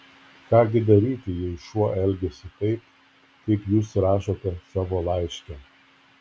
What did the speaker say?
ką gi daryti jei šuo elgiasi taip kaip jūs rašote savo laiške